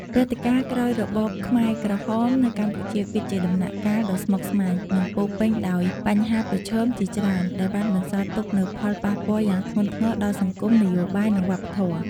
ព្រឹត្តិការណ៍ក្រោយរបបខ្មែរក្រហមនៅកម្ពុជា គឺជាដំណាក់កាលដ៏ស្មុគស្មាញ និងពោរពេញដោយបញ្ហាប្រឈមជាច្រើន ដែលបានបន្សល់ទុកនូវផលប៉ះពាល់យ៉ាងធ្ងន់ធ្ងរដល់សង្គម នយោបាយ និងវប្បធម៌។